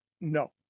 no